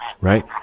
right